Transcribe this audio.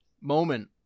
moment